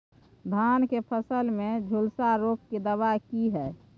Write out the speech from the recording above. धान की फसल में झुलसा रोग की दबाय की हय?